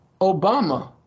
Obama